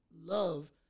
love